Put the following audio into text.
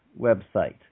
website